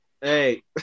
Hey